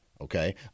Okay